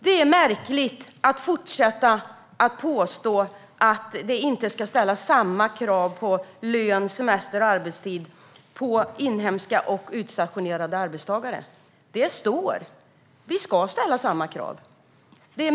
Det är mycket märkligt att fortsätta påstå att det inte ska ställas samma krav på lön, semester och arbetstid för inhemska och utstationerade arbetstagare när det står att vi ska ställa samma krav.